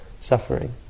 suffering